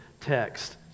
text